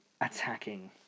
attacking